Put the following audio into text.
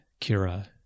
Kira